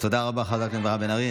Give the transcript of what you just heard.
תודה רבה לחברת הכנסת מירב בן ארי.